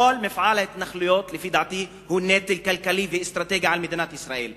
כל מפעל ההתנחלויות לפי דעתי הוא נטל כלכלי ואסטרטגי על מדינת ישראל.